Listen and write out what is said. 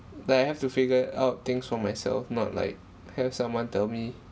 but I have to figure out things for myself not like have someone tell me